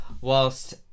whilst